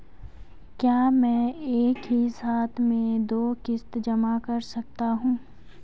क्या मैं एक ही साथ में दो किश्त जमा कर सकता हूँ?